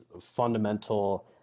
fundamental